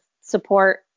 support